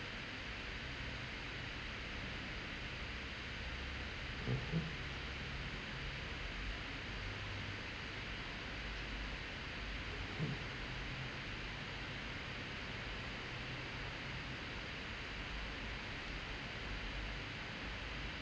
mmhmm